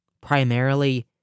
Primarily